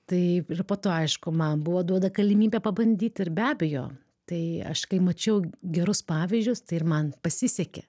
tai ir po to aišku man buvo duoda galimybė pabandyt ir be abejo tai aš kai mačiau gerus pavyzdžius tai ir man pasisekė